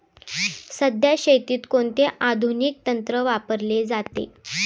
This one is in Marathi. सध्या शेतीत कोणते आधुनिक तंत्र वापरले जाते?